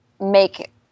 make